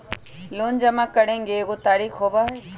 Loan जमा करेंगे एगो तारीक होबहई?